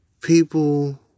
people